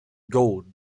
gold